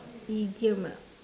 idiom ah